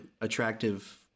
attractive